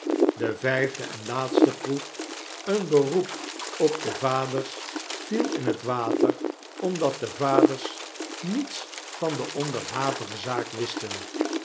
de vijfde en laatste proef een beroep op de vaders viel in t water omdat de vaders niets van de onderhavige zaak wisten